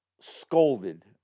scolded